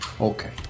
Okay